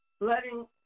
letting